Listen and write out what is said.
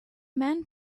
men